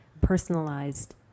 personalized